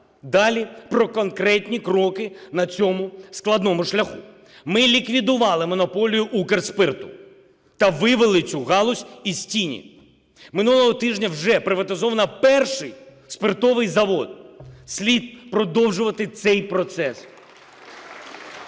Далі про конкретні кроки на цьому складному шляху. Ми ліквідували монополію "Укрспирту" та вивели цю галузь із тіні. Минулого тижня вже приватизовано перший спиртовий завод. Слід продовжувати цей процес, який